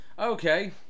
okay